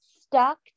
stuck